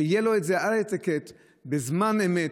שיהיה לו את זה על האטיקט בזמן אמת,